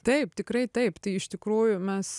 taip tikrai taip tai iš tikrųjų mes